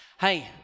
Hey